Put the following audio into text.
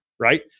Right